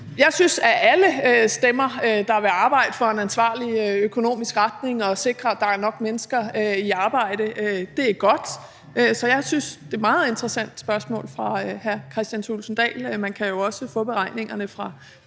Jeg synes, at alle stemmer, der vil arbejde for en ansvarlig økonomisk retning og sikre, at der er nok mennesker i arbejde, er godt, så jeg synes, det er et meget interessant spørgsmål fra hr. Kristian Thulesen Dahl. Man kan også få beregningerne fra